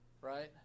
right